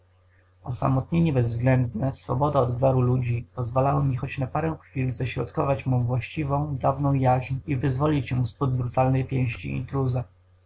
osamotnienie bezwgledne swoboda od gwaru ludzi pozwalały mi choć na parę chwil ześrodkować mą właściwą dawną jaźń i wyzwolić ją z pod brutalnej pięści intruza